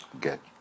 get